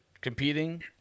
competing